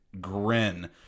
grin